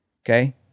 Okay